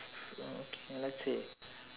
uh okay let's see